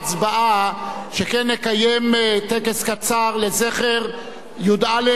שכן נקיים טקס קצר לזכר י"א חללי מינכן,